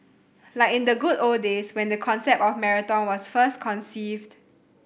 like in the good old days when the concept of marathon was first conceived